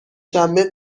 شنبه